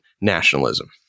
nationalism